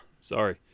Sorry